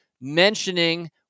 mentioning